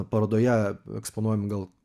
parodoje eksponuojami gal